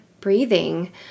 breathing